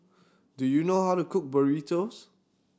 do you know how to cook Burritos